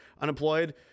unemployed